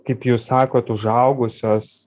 kaip jūs sakot užaugusios